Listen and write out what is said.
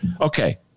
okay